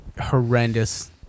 horrendous